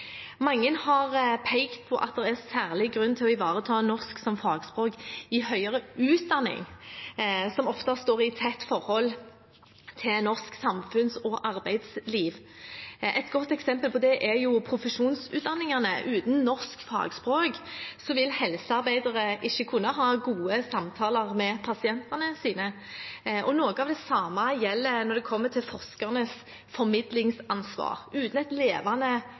Mange har pekt på at det er særlig grunn til å ivareta norsk som fagspråk i høyere utdanning, som ofte står i et tett forhold til norsk samfunns- og arbeidsliv. Et godt eksempel er profesjonsutdanningene. Uten norsk fagspråk vil ikke helsearbeidere kunne ha gode samtaler med pasientene sine. Noe av det samme gjelder forskernes formidlingsansvar. Uten et levende